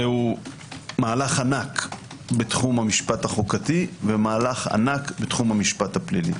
זה מהלך ענק בתחום המשפט החוקתי ומהלך ענק בתחום המשפט הפלילי.